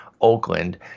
Oakland